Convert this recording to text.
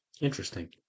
Interesting